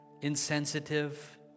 insensitive